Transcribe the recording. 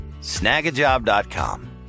Snagajob.com